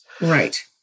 Right